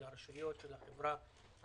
של הרשויות ושל החברה הערבית,